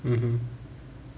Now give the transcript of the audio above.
mmhmm